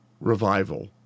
revival